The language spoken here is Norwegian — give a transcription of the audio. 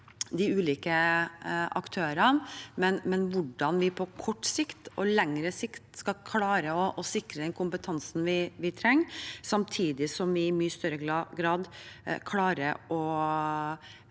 de ulike aktørene, hvordan vi på kort og lengre sikt skal klare å sikre den kompetansen vi trenger, samtidig som vi i mye større grad klarer å